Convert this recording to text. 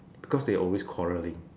because they always quarrelling